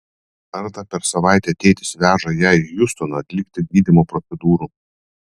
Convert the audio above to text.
kartą per savaitę tėtis veža ją į hjustoną atlikti gydymo procedūrų